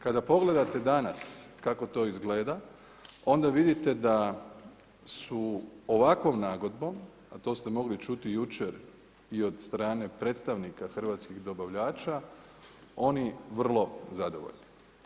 Kada pogledate danas kako to izgleda onda vidite da su ovakvom nagodbom a to ste mogli čuti i jučer i od strane predstavnika hrvatskih dobavljača oni vrlo zadovoljni.